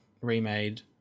remade